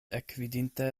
ekvidinte